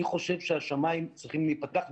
אני חושב שהשמיים צריכים להיפתח,